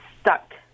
stuck